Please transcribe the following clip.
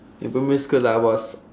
in primary school I was